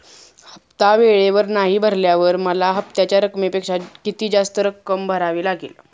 हफ्ता वेळेवर नाही भरल्यावर मला हप्त्याच्या रकमेपेक्षा किती जास्त रक्कम भरावी लागेल?